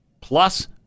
plus